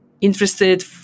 interested